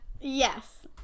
Yes